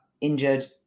injured